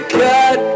cut